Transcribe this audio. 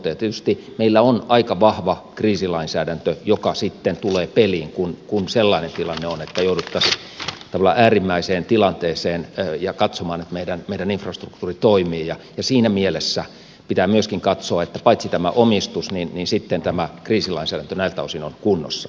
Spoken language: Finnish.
tietysti meillä on aika vahva kriisilainsäädäntö joka sitten tulee peliin kun sellainen tilanne on että jouduttaisiin todella äärimmäiseen tilanteeseen ja katsomaan että meidän infrastruktuuri toimii ja siinä mielessä pitää myöskin katsoa että paitsi tämä omistus niin sitten tämä kriisilainsäädäntö näiltä osin on kunnossa